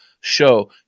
show